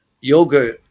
yoga